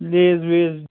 Lay's ویز